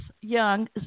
Young